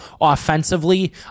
offensively